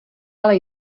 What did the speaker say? ale